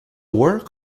work